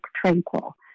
tranquil